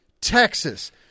Texas